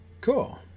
Cool